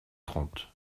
trente